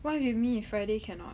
what do you mean you friday cannot